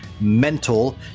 mental